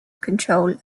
control